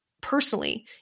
personally